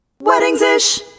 Weddings-ish